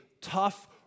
tough